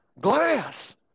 Glass